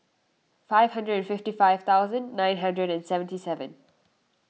five hundred and fifty five thousand nine hundred and seventy seven